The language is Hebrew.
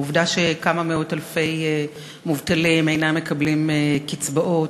העובדה שכמה מאות אלפי מובטלים אינם מקבלים קצבאות